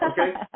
Okay